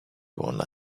wanna